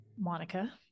Monica